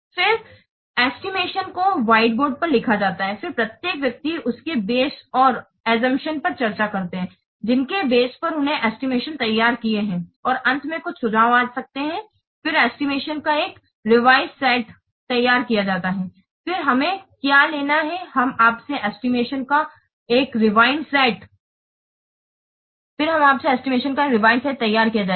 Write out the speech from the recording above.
फिर एस्टिमेशन को व्हाइटबोर्ड पर लिखा जाता है और फिर प्रत्येक व्यक्ति उसके बेस और आसुमप्टीओं पर चर्चा करता है जिनके बेस पर उन्होंने एस्टिमेशन तैयार किए हैं और अंत में कुछ सुझाव आ सकते हैं फिर एस्टिमेशन का एक रिवाइज्ड सेट रिवाइज्ड set तैयार किया जाता है